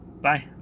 Bye